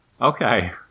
Okay